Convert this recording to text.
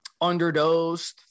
underdosed